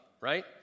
right